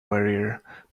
warrior